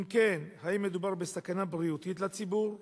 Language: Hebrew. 2. אם כן, האם מדובר בסכנה בריאותית לציבור?